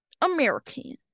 American